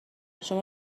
شما